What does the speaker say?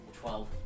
Twelve